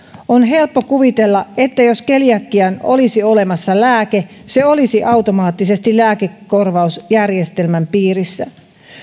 on helppo kuvitella että jos keliakiaan olisi olemassa lääke se olisi automaattisesti lääkekorvausjärjestelmän piirissä